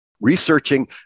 researching